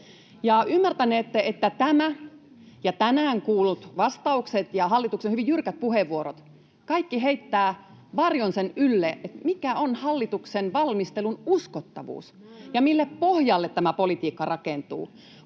Ymmärtänette, että tämä ja tänään kuullut vastaukset ja hallituksen hyvin jyrkät puheenvuorot, kaikki, heittävät varjon sen ylle, mikä on hallituksen valmistelun uskottavuus ja mille pohjalle tämä politiikka rakentuu,